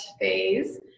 phase